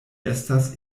estas